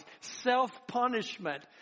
self-punishment